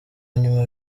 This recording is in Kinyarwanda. nyuma